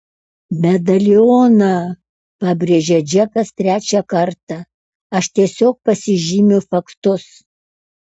medalioną pabrėžė džekas trečią kartą aš tiesiog pasižymiu faktus